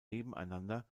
nebeneinander